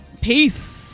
peace